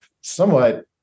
somewhat